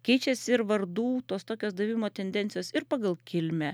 keičiasi ir vardų tos tokios davimo tendencijos ir pagal kilmę